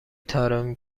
طارمی